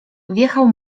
wjechał